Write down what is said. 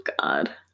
god